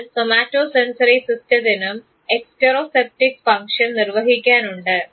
എന്നാൽ സൊമാറ്റോസെൻസറി സിസ്റ്റത്തിനും exteroceptive function നിർവഹിക്കാനുണ്ട്